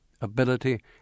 ability